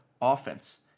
offense